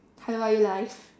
hello are you alive